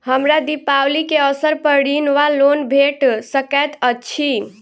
हमरा दिपावली केँ अवसर पर ऋण वा लोन भेट सकैत अछि?